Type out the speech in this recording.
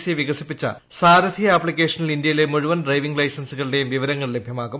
C വികസിപ്പിച്ച സാരഥി ആപ്തിക്കേഷനിൽ ഇന്ത്യയിലെ മുഴുവൻ ഡ്രൈവിംഗ് ലൈസൻസുകളുടെയും വിവരങ്ങൾ ലഭ്യമാകും